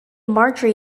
marjorie